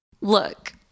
Look